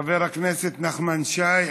חבר הכנסת נחמן שי.